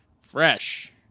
fresh